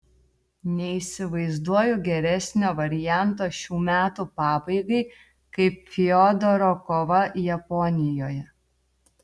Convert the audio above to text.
neįsivaizduoju geresnio varianto šių metų pabaigai kaip fiodoro kova japonijoje